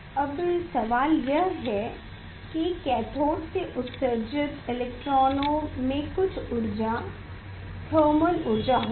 अब सवाल यह है कि कैथोड से उत्सर्जित इलेक्ट्रॉनों में कुछ ऊर्जा थर्मल ऊर्जा होगी